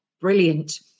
brilliant